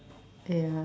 ya